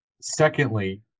Secondly